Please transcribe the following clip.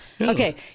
Okay